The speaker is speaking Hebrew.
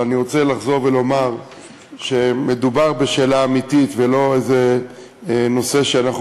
אני רוצה לחזור ולומר שמדובר בשאלה אמיתית ולא באיזה נושא שאנחנו